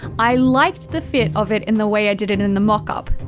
i liked the fit of it in the way i did it in the mock up.